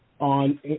on